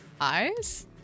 Eyes